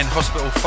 Hospital